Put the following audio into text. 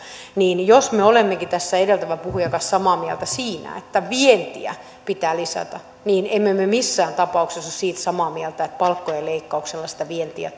niin niin jos me olemmekin tässä edeltävän puhujan kanssa samaa mieltä siinä että vientiä pitää lisätä niin emme me missään tapauksessa ole siitä samaa mieltä että palkkojen leikkauksella sitä vientiä